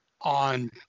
on